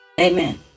Amen